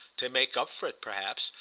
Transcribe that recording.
to make up for it perhaps,